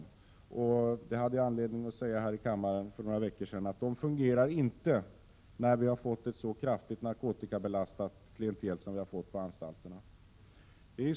För några veckor sedan hade jag anledning att säga här i kammaren att dess principer inte fungerar när vi har fått ett så kraftigt narkotikabelastat klientel som vi har fått på anstalterna.